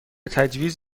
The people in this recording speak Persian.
تجویز